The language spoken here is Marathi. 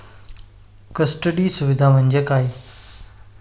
कस्टडी सुविधा म्हणजे काय असतं?